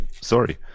Sorry